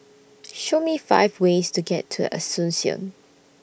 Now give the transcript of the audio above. Show Me five ways to get to Asuncion